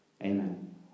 Amen